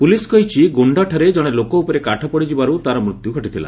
police କହିଛି ଗୋଣ୍ଡାଠାରେ ଜଣେ ଲୋକ ଉପରେ କାଠ ପଡ଼ିଯିବାରୁ ତା'ର ମୃତ୍ୟୁ ଘଟିଥିଲା